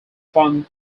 fund